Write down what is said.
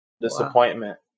disappointment